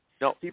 No